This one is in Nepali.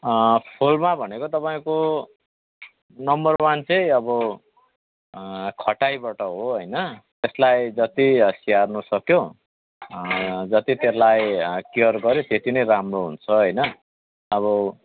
फुलमा भनेको तपाईँको नम्बर वन चाहिँ अब खटाइबाट हो होइन त्यसलाई जति स्याहार्नु सक्यो जति त्यसलाई केयर गऱ्यो त्यति नै राम्रो हुन्छ होइन अब